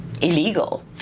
Illegal